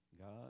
God